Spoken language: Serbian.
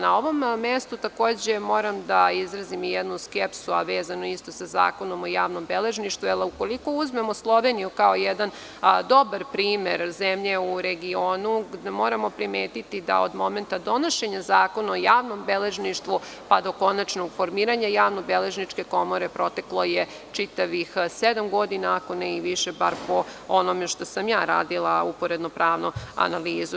Na ovom mestu moram da izrazim i jednu skepsu, a vezanu isto sa Zakonom o javnom beležništvu, ukoliko uzmemo Sloveniju kao jedan dobar primer zemlje u regionu moramo primetiti da od momenta donošenja Zakona o javnom beležništvu pa do konačnog formiranja javnobeležničke komore proteklo je čitavih sedam godina, ako ne i više, bar po onome što sam radila uporedno pravnu analizu.